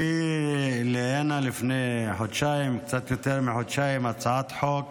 הביא הנה לפני קצת יותר מחודשיים הצעת חוק